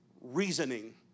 reasoning